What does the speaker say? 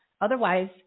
Otherwise